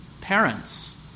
parents